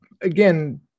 again